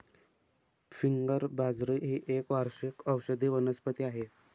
finger बाजरी ही एक वार्षिक औषधी वनस्पती आहे